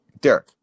Derek